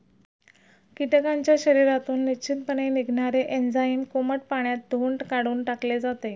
कीटकांच्या शरीरातून निश्चितपणे निघणारे एन्झाईम कोमट पाण्यात धुऊन काढून टाकले जाते